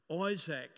Isaac